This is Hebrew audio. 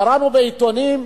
קראנו בעיתונים: